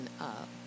up